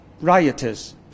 rioters